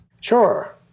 Sure